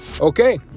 Okay